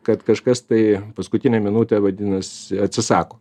kad kažkas tai paskutinę minutę vadinas atsisako